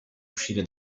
uscire